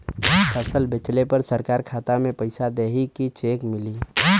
फसल बेंचले पर सरकार खाता में पैसा देही की चेक मिली?